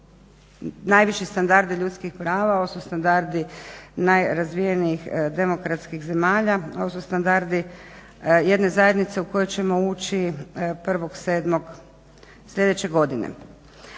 najviši standardi ljudskih prava, ovo su standardi najrazvijenijih demokratskih zemalja, ovo su standardi jedne zajednice u koju ćemo ući 1.7. sljedeće godine.